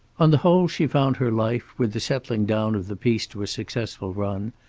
on the whole she found her life, with the settling down of the piece to a successful, run,